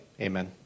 Amen